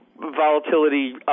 volatility